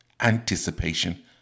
anticipation